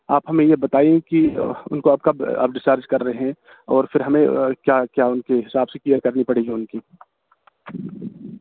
آپ ہمیں یہ بتائیے کہ ان کو آپ کب آپ ڈسچارج کر رہے ہیں اور پھر ہمیں کیا کیا ان کے حساب سے کیئر کرنی پڑے گی ان کی